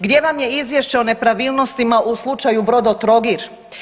Gdje vam je izvješće o nepravilnostima u slučajevima Brodotrogir?